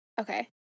Okay